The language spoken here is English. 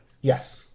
Yes